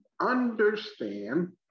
understand